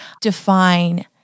define